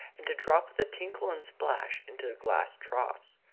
and to drop with a tinkle and splash into the glass troughs.